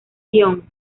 guion